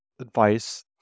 advice